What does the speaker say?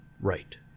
right